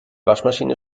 waschmaschine